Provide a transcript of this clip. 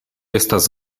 estas